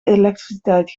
elektriciteit